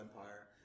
empire